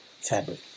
fabric